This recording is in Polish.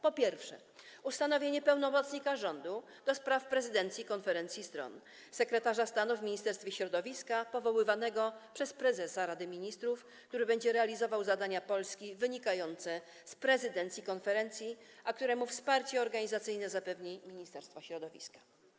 Po pierwsze, ustanowienie pełnomocnika rządu ds. prezydencji konferencji stron - sekretarza stanu w Ministerstwie Środowiska powoływanego przez prezesa Rady Ministrów, który będzie realizował zadania Polski wynikające z prezydencji konferencji, a któremu wsparcie organizacyjne zapewni Ministerstwo Środowiska.